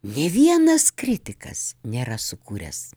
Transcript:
nė vienas kritikas nėra sukūręs